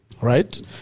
Right